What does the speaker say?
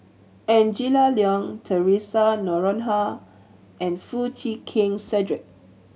Angela Liong Theresa Noronha and Foo Chee Keng Cedric